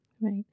Right